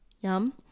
yum